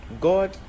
God